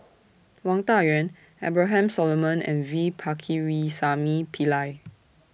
Wang Dayuan Abraham Solomon and V Pakirisamy Pillai